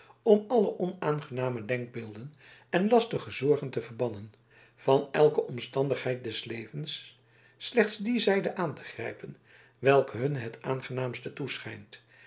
om alle onaangename denkbeelden en lastige zorgen te verbannen van elke omstandigheid des levens slechts die zijde aan te grijpen welke hun het aangenaamste toeschijnt